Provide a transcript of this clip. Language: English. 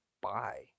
buy